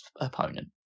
opponent